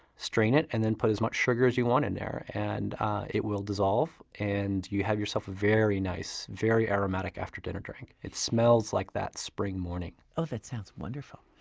strain it, and then put as much sugar as you want in there. and it will dissolve and you have yourself a very nice, very aromatic, after-dinner drink. it smells like that spring morning ah that sounds wonderful.